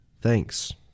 Thanks